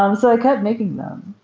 um so i kept making them.